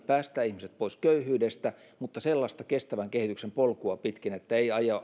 päästää ihmiset pois köyhyydestä mutta sellaista kestävän kehityksen polkua pitkin ettei